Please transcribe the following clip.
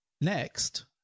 Next